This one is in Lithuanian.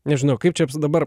nežinau kaip čia dabar